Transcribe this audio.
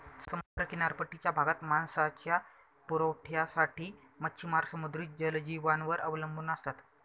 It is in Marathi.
समुद्र किनारपट्टीच्या भागात मांसाच्या पुरवठ्यासाठी मच्छिमार समुद्री जलजीवांवर अवलंबून असतात